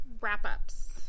wrap-ups